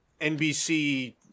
NBC